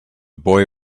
boy